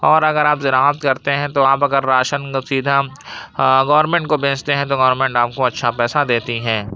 اور اگر آپ زراعت کرتے ہیں تو آپ اگر راشن کو سیدھا گورمنٹ کو بیچتے ہیں تو گورمنٹ آپ کو اچھا پیسہ دیتی ہے